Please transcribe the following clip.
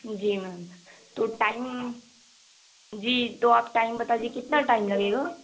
جی ma'am تو time جی تو آپ ٹائم بتا دیجیے کتنا ٹائم لگے گا